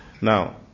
Now